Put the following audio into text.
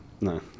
No